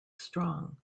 strong